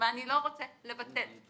ואני לא רוצה לבטל,